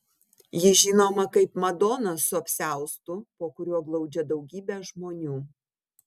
ji žinoma kaip madona su apsiaustu po kuriuo glaudžia daugybę žmonių